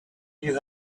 you